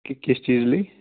ਕਿ ਕਿਸ ਚੀਜ਼ ਲਈ